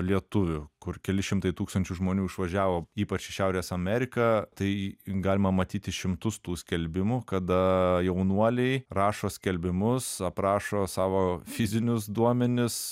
lietuvių kur keli šimtai tūkstančių žmonių išvažiavo ypač į šiaurės ameriką tai galima matyti šimtus tų skelbimų kada jaunuoliai rašo skelbimus aprašo savo fizinius duomenis